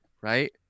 Right